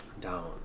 Down